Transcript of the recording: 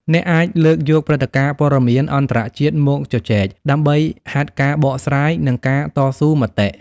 អ្នកអាចលើកយកព្រឹត្តិការណ៍ព័ត៌មានអន្តរជាតិមកជជែក ដើម្បីហាត់ការបកស្រាយ និងការតស៊ូមតិ។